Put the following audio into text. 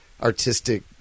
artistic